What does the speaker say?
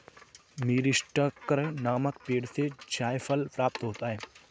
मीरीस्टिकर नामक पेड़ से जायफल प्राप्त होता है